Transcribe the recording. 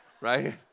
Right